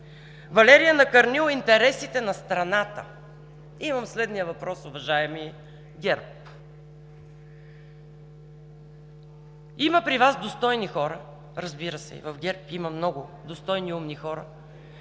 Валери е накърнил интересите на страната. Имам следния въпрос, уважаеми ГЕРБ: при Вас има достойни хора, разбира се, и в ГЕРБ има много достойни и умни хора,